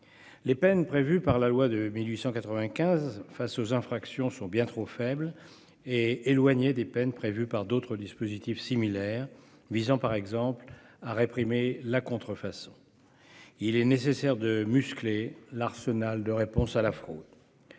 Les peines prévues par la loi de 1895 en cas d'infraction sont bien trop faibles et éloignées de celles qui sont prévues par d'autres dispositifs similaires, visant par exemple à réprimer la contrefaçon. Il est donc nécessaire de muscler l'arsenal de réponse à la fraude.